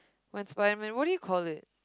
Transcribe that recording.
when Spiderman what do you call it